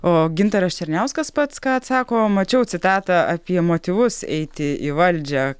o gintaras černiauskas pats ką atsako mačiau citatą apie motyvus eiti į valdžią